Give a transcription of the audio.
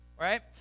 right